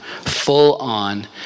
full-on